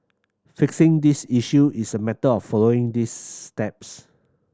fixing these issue is a matter of following this steps